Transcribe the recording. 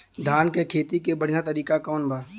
धान के खेती के बढ़ियां तरीका कवन बा?